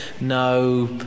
no